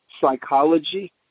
psychology